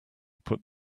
put